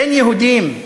בין יהודים,